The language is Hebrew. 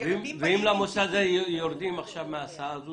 ואם במוסד הזה יורדים עכשיו מההסעה הזאת